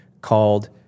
called